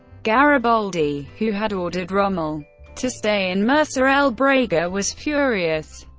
gariboldi, who had ordered rommel to stay in mersa el brega, was furious.